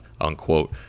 unquote